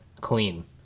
clean